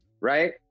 right